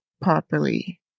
properly